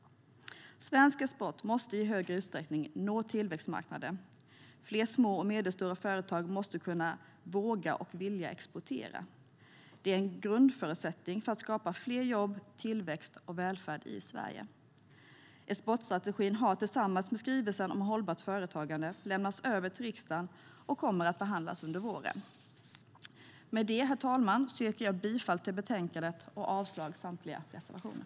Svensk export måste i högre utsträckning nå tillväxtmarknaderna. Fler små och medelstora företag måste kunna, våga och vilja exportera. Det är en grundförutsättning för att skapa fler jobb, tillväxt och välfärd i Sverige. Exportstrategin har tillsammans med skrivelsen om hållbart företagande lämnats över till riksdagen och kommer att behandlas under våren. Med detta, herr talman, yrkar jag bifall till utskottets förslag i betänkandet och avslag på samtliga reservationer.